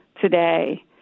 today